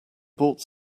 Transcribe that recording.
bought